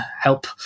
help